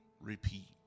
repeat